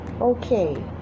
Okay